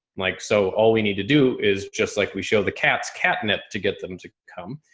like so all we need to do is just like we show the cats catnip to get them to come.